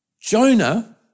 Jonah